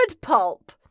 pulp